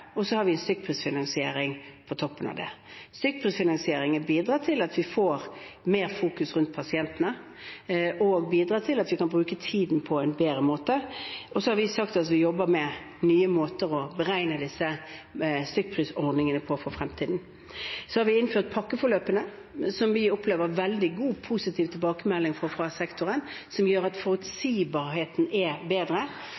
bidrar til at vi fokuserer mer på pasientene, og bidrar til at vi kan bruke tiden på en bedre måte. Og så har vi sagt at vi jobber med nye måter å beregne disse stykkprisordningene på for fremtiden. Vi har også innført pakkeforløpene, som vi opplever veldig god, positiv tilbakemelding på fra sektoren, som gjør at